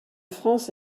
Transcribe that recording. france